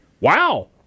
wow